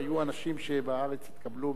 בארץ התקבלו,